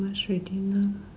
much ready mah